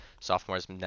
sophomores